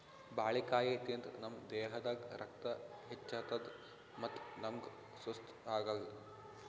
ಬಾಳಿಕಾಯಿ ತಿಂದ್ರ್ ನಮ್ ದೇಹದಾಗ್ ರಕ್ತ ಹೆಚ್ಚತದ್ ಮತ್ತ್ ನಮ್ಗ್ ಸುಸ್ತ್ ಆಗಲ್